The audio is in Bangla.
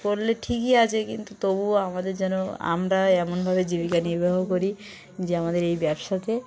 করলে ঠিকই আছে কিন্তু তবুও আমাদের যেন আমরা এমনভাবে জীবিকা নির্বাহ করি যে আমাদের এই ব্যবসাতে